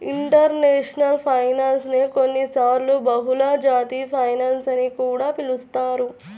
international finance నే కొన్నిసార్లు బహుళజాతి ఫైనాన్స్ అని కూడా పిలుస్తారు